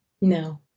No